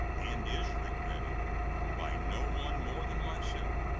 and is regretted by no one more than myself,